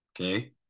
okay